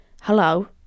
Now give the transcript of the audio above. hello